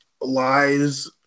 lies